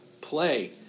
play